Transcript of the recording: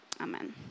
Amen